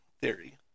theory